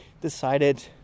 decided